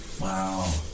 Wow